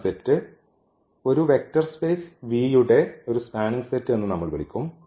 എന്ന സെറ്റ് ഒരു vector space യുടെ ഒരു സ്പാനിംഗ് സെറ്റ് എന്ന് നമ്മൾവിളിക്കും